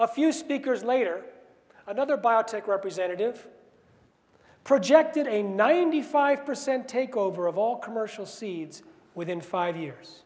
a few speakers later another biotech representative projected a ninety five percent takeover of all commercial seeds within five years